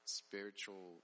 spiritual